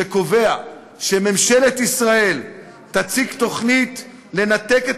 שקובע שממשלת ישראל תציג תוכנית לנתק את